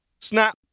Snap